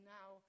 now